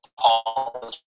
Paul